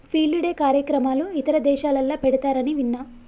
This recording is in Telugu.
ఫీల్డ్ డే కార్యక్రమాలు ఇతర దేశాలల్ల పెడతారని విన్న